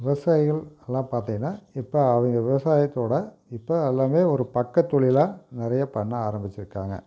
விவசாயிகள் எல்லாம் பார்த்திங்கன்னா இப்போ அவங்க விவசாயத்தோட இப்போ எல்லாமே ஒரு பக்க தொழிலாக நிறையா பண்ண ஆரமிச்சியிருக்காங்க